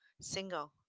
single